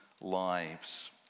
lives